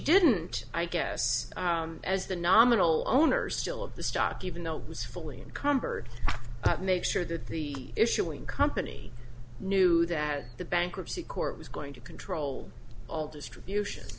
didn't i guess as the nominal owner still of the stock even though it was fully encumbered but make sure that the issuing company knew that the bankruptcy court was going to control all distribution